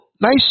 nice